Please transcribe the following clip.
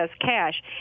cash